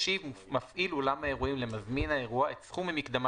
ישיב מפעיל אולם האירועים למזמין האירוע את סכום המקדמה